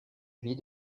vie